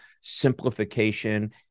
simplification